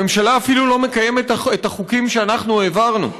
הממשלה אפילו לא מקיימת את החוקים שאנחנו העברנו,